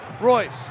Royce